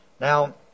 Now